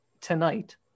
tonight